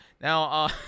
now